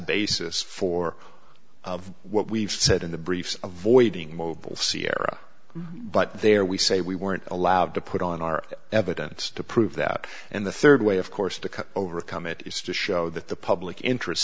basis for of what we've said in the briefs avoiding mobile sierra but there we say we weren't allowed to put on our evidence to prove that and the third way of course to cut overcome it is to show that the public interest